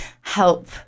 help